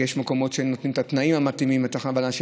יש מקומות שנותנים את התנאים המתאימים ואנשים